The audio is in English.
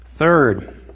Third